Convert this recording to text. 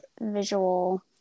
visual